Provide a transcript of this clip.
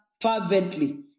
fervently